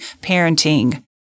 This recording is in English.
parenting